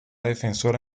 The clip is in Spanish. defensora